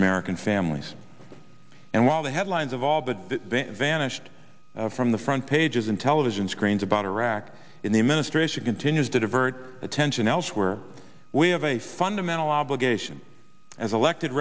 american families and while the headline have all but vanished from the front pages and television screens about iraq in the administration continues to divert attention elsewhere we have a fundamental obligation as elected